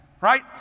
right